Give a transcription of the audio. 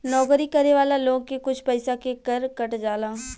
नौकरी करे वाला लोग के कुछ पइसा के कर कट जाला